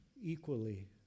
equally